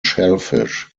shellfish